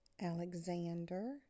Alexander